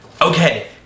Okay